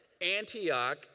Antioch